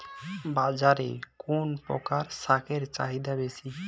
বাজারে কোন প্রকার শাকের চাহিদা বেশী?